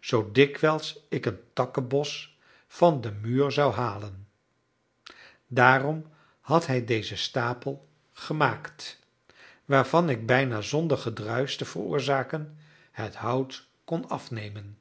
zoo dikwijls ik een takkenbos van den muur zou halen daarom had hij dezen stapel gemaakt waarvan ik bijna zonder gedruisch te veroorzaken het hout kon afnemen